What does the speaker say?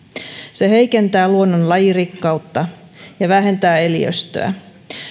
se heikentää luonnon lajirikkautta ja vähentää eliöstöä